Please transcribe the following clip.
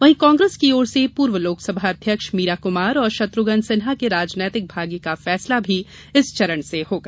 वहीं कांग्रेस की ओर से पूर्व लोकसभा अध्यक्ष मीरा कमार और शत्र्घ्न सिन्हा के राजनीतिक भाग्य का फैसला भी इस चरण से होगा